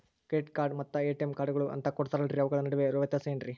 Credit card ಮತ್ತ ATM ಕಾರ್ಡುಗಳು ಅಂತಾ ಕೊಡುತ್ತಾರಲ್ರಿ ಅವುಗಳ ನಡುವೆ ಇರೋ ವ್ಯತ್ಯಾಸ ಏನ್ರಿ?